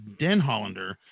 Denhollander